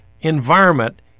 environment